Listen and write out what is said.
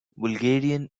bulgarian